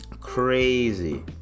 crazy